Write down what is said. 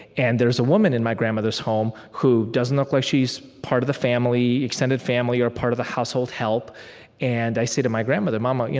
and there's a woman in my grandmother's home who doesn't look like she's part of the family, extended family, or part of the household help and i say to my grandmother, mama, yeah